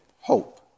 hope